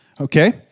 Okay